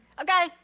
Okay